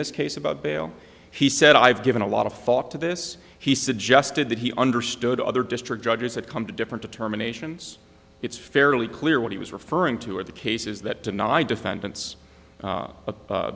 this case about bail he said i've given a lot of thought to this he suggested that he understood other district judges had come to different determinations it's fairly clear what he was referring to are the cases that deny defendants